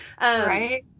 Right